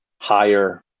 higher